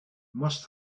must